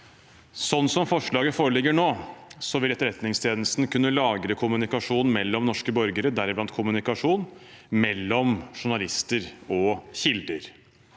Sånn som forslaget foreligger nå, vil Etterretningstjenesten kunne lagre kommunikasjon mellom norske borgere, deriblant kommunikasjon mellom journalister og kilder.